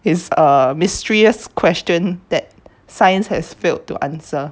is a mysterious question that science has failed to answer